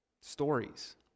Stories